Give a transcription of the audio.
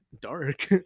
dark